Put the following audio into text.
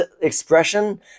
expression